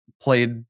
played